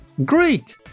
Great